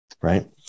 right